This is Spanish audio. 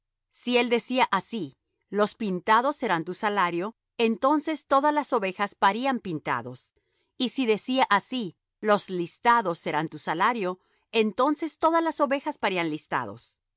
si él decía así los pintados serán tu salario entonces todas las ovejas parían pintados y si decía así los listados serán tu salario entonces todas las ovejas parían listados